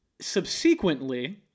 Subsequently